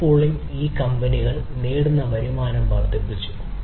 car pooling ഈ കമ്പനികൾ നേടുന്ന വരുമാനം വർദ്ധിപ്പിച്ചു